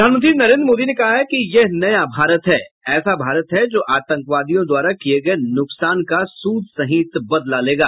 प्रधानमंत्री नरेंद्र मोदी ने कहा है कि यह नया भारत है ऐसा भारत है जो आतंकवादियों द्वारा किये गये नुकसान का सूद सहित बदला लेगा